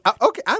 Okay